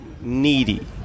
needy